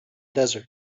desert